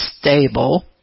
stable